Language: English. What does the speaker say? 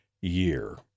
year